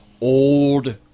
old